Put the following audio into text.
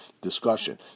discussion